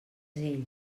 ell